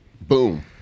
Boom